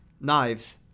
knives